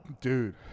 Dude